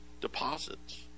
deposits